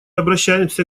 обращаемся